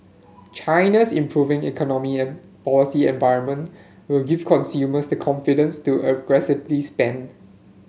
China's improving economy and policy environment will give consumers the confidence to aggressively spend